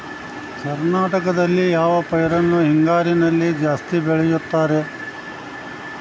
ಕರ್ನಾಟಕದಲ್ಲಿ ಯಾವ ಪೈರನ್ನು ಹಿಂಗಾರಿನಲ್ಲಿ ಜಾಸ್ತಿ ಬೆಳೆಯುತ್ತಾರೆ?